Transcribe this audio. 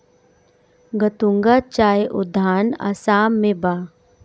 गतूंगा चाय उद्यान आसाम में बा